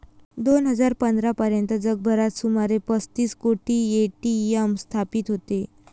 दोन हजार पंधरा पर्यंत जगभरात सुमारे पस्तीस कोटी ए.टी.एम स्थापित होते